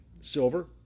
Silver